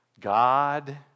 God